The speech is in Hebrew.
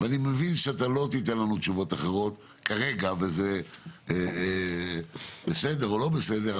אני מבין שאתה לא תיתן לנו תשובות אחרות כרגע וזה בסדר או לא בסדר.